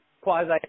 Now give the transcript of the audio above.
quasi